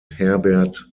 herbert